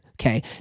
okay